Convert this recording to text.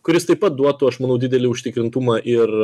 kuris taip pat duotų aš manau didelį užtikrintumą ir